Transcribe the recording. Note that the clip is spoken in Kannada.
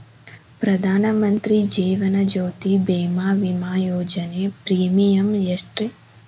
ಪ್ರಧಾನ ಮಂತ್ರಿ ಜೇವನ ಜ್ಯೋತಿ ಭೇಮಾ, ವಿಮಾ ಯೋಜನೆ ಪ್ರೇಮಿಯಂ ಎಷ್ಟ್ರಿ?